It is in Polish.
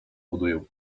buduję